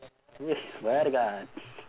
you swear to god